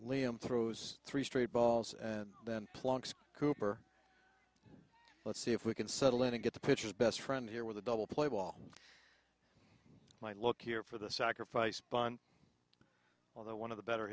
liam throws three straight balls and then plonks cooper let's see if we can settle in and get the pitchers best friend here with a double play ball might look here for the sacrifice bunt although one of the better